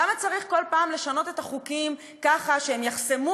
למה צריך כל פעם לשנות את החוקים ככה שהם יחסמו